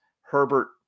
Herbert